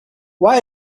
why